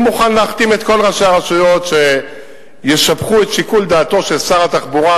אני מוכן להחתים את כל ראשי הרשויות שישבחו את שיקול דעתו של שר התחבורה